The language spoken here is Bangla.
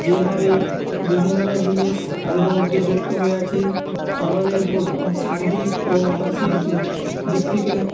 যে হারে বিভিন্ন জিনিস কাজের মধ্যে যুক্ত হয়ে আছি আমাদের শারীরিক ও মানসিক দিক থেকে